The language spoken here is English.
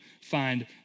find